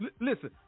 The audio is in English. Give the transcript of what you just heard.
Listen